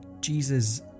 Jesus